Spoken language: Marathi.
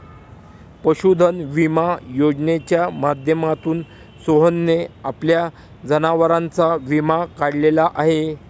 पशुधन विमा योजनेच्या माध्यमातून सोहनने आपल्या जनावरांचा विमा काढलेला आहे